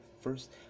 first